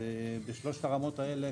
בשלוש הרמות האלה,